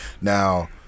Now